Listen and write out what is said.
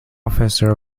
officer